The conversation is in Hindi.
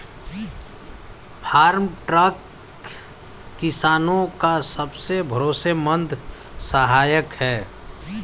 फार्म ट्रक किसानो का सबसे भरोसेमंद सहायक है